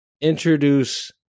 introduce